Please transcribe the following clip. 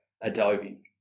Adobe